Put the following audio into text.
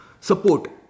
support